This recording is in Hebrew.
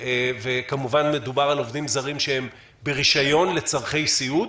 וכמובן מדובר על עובדים זרים שהם ברישיון לצרכי סיעוד.